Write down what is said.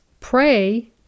pray